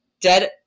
dead